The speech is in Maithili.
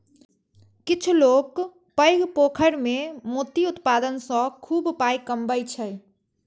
किछु लोक पैघ पोखरि मे मोती उत्पादन सं खूब पाइ कमबै छै